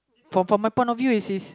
from from my point of view is is